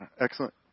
Excellent